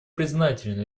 признателен